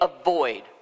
avoid